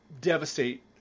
devastate